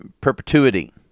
perpetuity